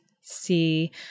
see